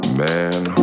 man